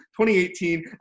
2018